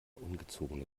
ungezogene